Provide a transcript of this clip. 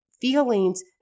feelings